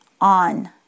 on